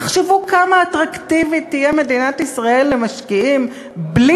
תחשבו כמה אטרקטיבית תהיה מדינת ישראל למשקיעים בלי